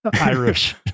Irish